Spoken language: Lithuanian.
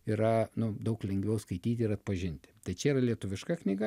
yra nu daug lengviau skaityti ir atpažinti tai čia yra lietuviška knyga